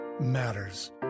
matters